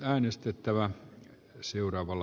arvoisa puhemies